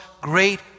great